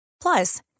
Plus